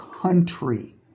country